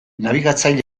nabigatzaile